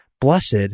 blessed